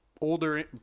older